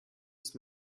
ist